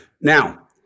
Now